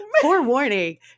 Forewarning